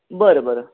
बरं बरं